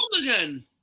again